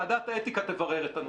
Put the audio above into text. ועדת האתיקה תברר את הנושא.